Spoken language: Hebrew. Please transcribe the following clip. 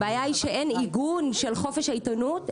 הבעיה היא שאין עיגון של חופש העיתונות,